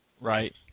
Right